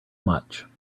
much